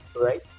right